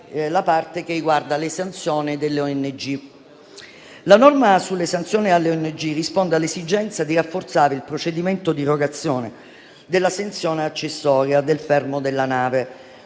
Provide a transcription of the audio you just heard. la parte che riguarda le sanzioni alle ONG. La norma relativa risponde all'esigenza di rafforzare il procedimento di erogazione della sanzione accessoria del fermo della nave,